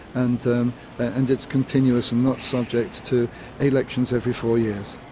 and and it's continuous and not subject to elections every four years.